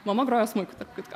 mama groja smuiku tarp kitko